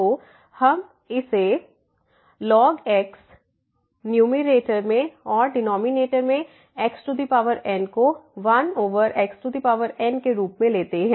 तो हम इसे lnx रखते हैं न्यूमैरेटर में और डिनॉमिनेटर में xn को 1xn के रूप में लेते हैं